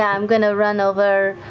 yeah i'm going to run over